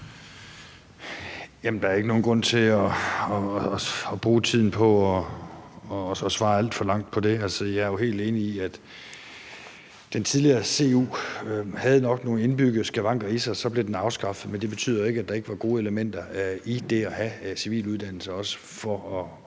Der er ikke nogen grund til at bruge tiden på at give et alt for langt svar på det. Jeg er jo helt enig i, at selv om den tidligere CU nok havde nogle indbyggede skavanker i sig og så blev afskaffet, betyder det ikke, at der ikke var gode elementer i det også at have civil uddannelse